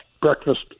breakfast